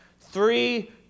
three